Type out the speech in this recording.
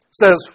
says